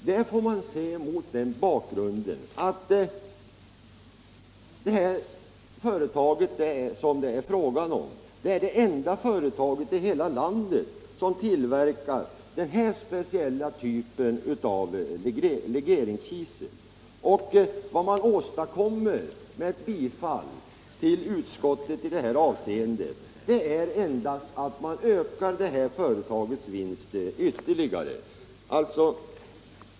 Detta får man se mot bakgrund av att det här företaget är det enda i hela landet som tillverkar denna speciella typ av legeringskisel. Vad man åstadkommer med ett bifall till utskottets hemställan i detta avseende är endast att man ökar detta företags vinst ytterligare.